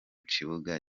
kibuga